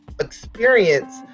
experience